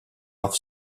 off